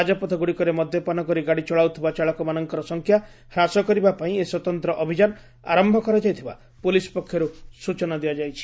ରାଜପଥଗୁଡ଼ିକରେ ମଦ୍ୟପାନ କରି ଗାଡ଼ି ଚଳାଉଥିବା ଚାଳକମାନଙ୍କର ସଂଖ୍ୟା ହ୍ରାସ କରିବାପାଇଁ ଏହି ସ୍ୱତନ୍ତ୍ ଅଭିଯାନ ଆର କରାଯାଇଥିବା ପୁଲିସ୍ ପକ୍ଷରୁ ସୂଚନା ଦିଆଯାଇଛି